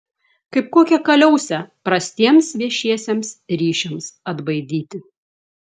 kaip kokią kaliausę prastiems viešiesiems ryšiams atbaidyti